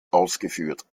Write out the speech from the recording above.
ausgeführt